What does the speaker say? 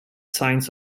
signs